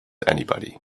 anybody